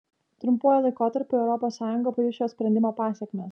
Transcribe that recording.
trumpuoju laikotarpiu europos sąjunga pajus šio sprendimo pasekmes